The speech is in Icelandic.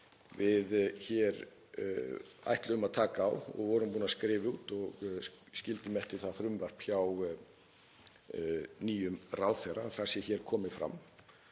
við hér ætlum að taka á og við vorum búin að skrifa út og skildum það frumvarp eftir hjá nýjum ráðherra, að það sé hér komið fram.